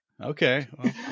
Okay